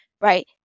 right